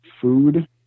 food